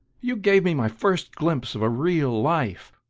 you gave me my first glimpse of a real life,